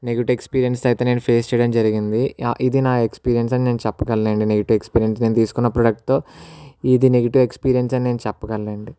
negative experience అయితే నేను face చేయడం జరిగింది ఇది నా ఎక్స్పీరియన్స్ అని చెప్పగలను అండి నెగటివ్ ఎక్స్పీరియన్స్ నేను తీసుకున్న ప్రోడక్ట్తో ఇది నెగిటివ్ ఎక్స్పీరియన్స్ అని నేను చెప్పగలను అండి